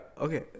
Okay